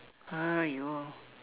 !aiyo!